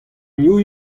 new